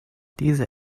diese